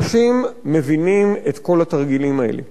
אנשים מבינים את כל התרגילים האלה,